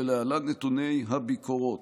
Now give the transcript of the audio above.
ולהלן נתוני הביקורות: